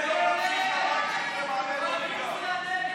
בנט,